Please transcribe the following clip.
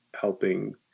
helping